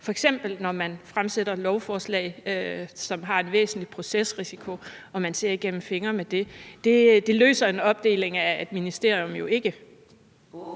f.eks. når man fremsætter lovforslag, som har en væsentlig procesrisiko, og man ser igennem fingre med det. Det løser en opdeling af et ministerium jo ikke.